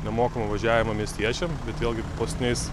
nemokamą važiavimą miestiečiams bet vėlgi paskutiniais